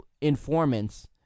informants